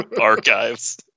archives